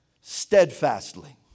steadfastly